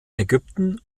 ägypten